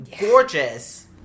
gorgeous